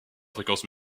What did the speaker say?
fréquence